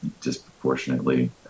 disproportionately